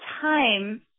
time